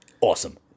awesome